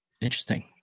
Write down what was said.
Interesting